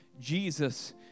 Jesus